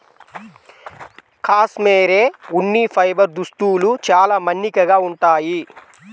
cashmere ఉన్ని fibre దుస్తులు చాలా మన్నికగా ఉంటాయి